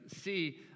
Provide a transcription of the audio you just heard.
see